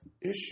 issue